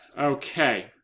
Okay